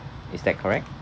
is that correct